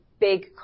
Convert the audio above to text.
big